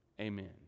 amen